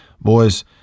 boys